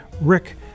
Rick